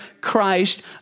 Christ